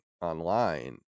online